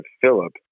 Philip